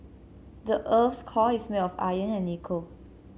the earth's core is made of iron and nickel